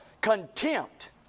contempt